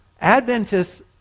Adventists